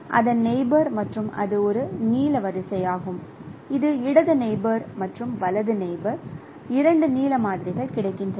அதன் நெயிபோர் மற்றும் அது ஒரு நீல வரிசை இது இடது நெயிபோர் மற்றும் வலது நெயிபோர் இரண்டு நீல மாதிரிகள் கிடைக்கின்றன